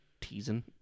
teasing